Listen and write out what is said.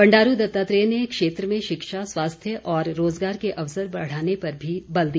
बंडारू दत्तात्रेय ने क्षेत्र में शिक्षा स्वास्थ्य और रोजगार के अवसर बढ़ाने पर भी बल दिया